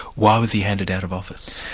why was he hounded out of office?